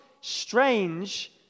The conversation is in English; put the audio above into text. strange